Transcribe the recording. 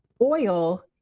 oil